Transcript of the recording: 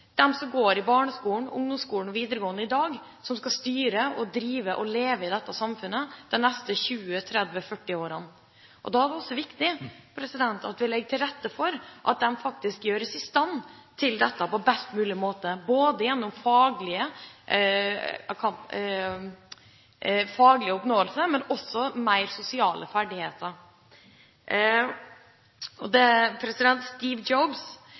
som går på barneskolen, på ungdomsskolen og på videregående skole, som skal styre og leve i dette samfunnet de neste 20, 30, 40 årene. Da er det er viktig at vi legger til rette for at de faktisk gjøres i stand til dette på best mulig måte, både gjennom faglig oppnåelse og mer sosiale ferdigheter.